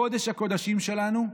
קודש-הקודשים שלנו,